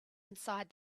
inside